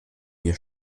mir